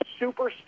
superstar